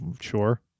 sure